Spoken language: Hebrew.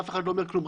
אף אחד לא אומר כלום,